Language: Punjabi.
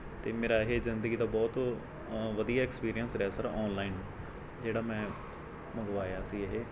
ਅਤੇ ਮੇਰਾ ਇਹ ਜ਼ਿੰਦਗੀ ਦਾ ਬਹੁਤ ਵਧੀਆ ਐਕਸਪੀਰੀਐਂਸ ਰਿਹਾ ਸਰ ਔਨਲਾਈਨ ਜਿਹੜਾ ਮੈਂ ਮੰਗਵਾਇਆ ਸੀ ਇਹ